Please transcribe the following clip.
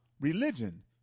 religion